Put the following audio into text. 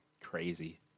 crazy